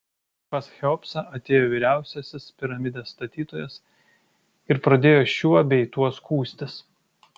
pas cheopsą atėjo vyriausiasis piramidės statytojas ir pradėjo šiuo bei tuo skųstis